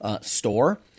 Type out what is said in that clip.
store